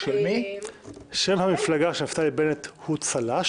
שם המפלגה של נפתלי בנט הוא צל"ש,